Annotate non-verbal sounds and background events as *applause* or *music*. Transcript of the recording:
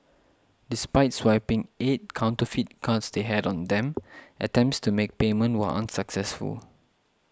despite swiping eight counterfeit cards they had on them *noise* attempts to make payment were unsuccessful